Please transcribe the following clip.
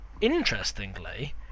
interestingly